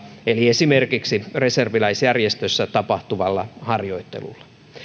eli esimerkiksi reserviläisjärjestössä tapahtuvalla harjoittelulla